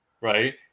right